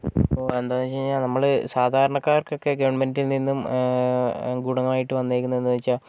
ഇപ്പോൾ എന്താന്നു വെച്ചുകഴിഞ്ഞാൽ നമ്മൾ സാധാരണക്കാർക്കൊക്കെ ഗവൺമെന്റിൽനിന്നും ഏഹ് ഗുണമായിട്ടു വന്നേക്കുന്നതെന്നുവെച്ചാൽ